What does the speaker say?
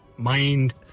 mind